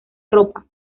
ropa